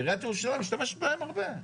עיריית ירושלים משתמשת בהם הרבה.